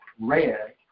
red